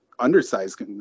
Undersized